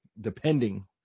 depending